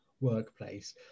workplace